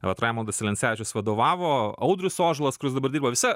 vat raimondas selencevičius vadovavo audrius ožalas kuris dabar dirba visa